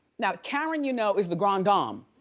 now, karen, you know, is the grand dom,